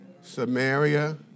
Samaria